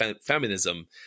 feminism